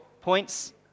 points